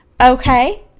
Okay